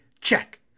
Check